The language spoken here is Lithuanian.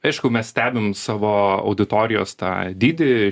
aišku mes stebim savo auditorijos tą dydį